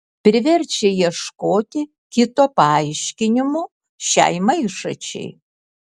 priverčia ieškoti kito paaiškinimo šiai maišačiai